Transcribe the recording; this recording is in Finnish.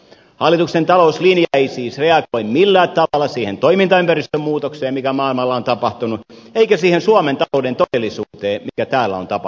hallituksen talouslinja ei siis reagoi millään tavalla siihen toimintaympäristön muutokseen mikä maailmalla on tapahtunut eikä siihen suomen talouden todellisuuteen mikä täällä on tapahtunut